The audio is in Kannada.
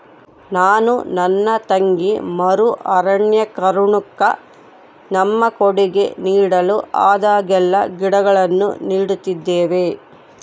ನಾನು ನನ್ನ ತಂಗಿ ಮರು ಅರಣ್ಯೀಕರಣುಕ್ಕ ನಮ್ಮ ಕೊಡುಗೆ ನೀಡಲು ಆದಾಗೆಲ್ಲ ಗಿಡಗಳನ್ನು ನೀಡುತ್ತಿದ್ದೇವೆ